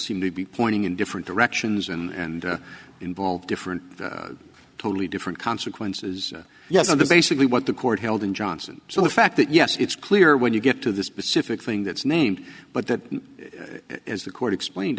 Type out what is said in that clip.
seemed to be pointing in different directions and involved different totally different consequences yes under basically what the court held in johnson so the fact that yes it's clear when you get to the specific thing that's named but that is the court explained